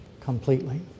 completely